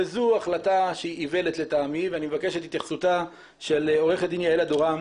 זו החלטה שהיא איוולת לטעמי ואני מבקש את התייחסותה של עו"ד יעל אדורם,